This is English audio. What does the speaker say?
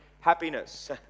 happiness